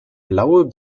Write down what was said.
blaue